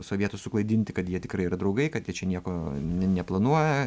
sovietus suklaidinti kad jie tikrai yra draugai kad jie čia nieko ne neplanuoja